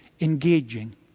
engaging